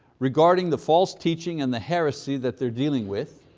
regarding the false teaching and the heresy that they're dealing with.